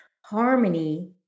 harmony